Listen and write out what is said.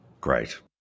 great